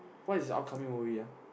what is the upcoming movie ah